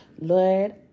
Lord